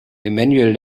emanuel